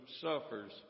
suffers